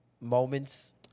moments